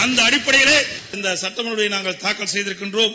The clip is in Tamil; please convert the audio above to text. அந்த அடிப்படையிலேதான் இந்த சட்ட முன்வடிவை நாங்கள் தாக்கல் செய்திருக்கின்றோம்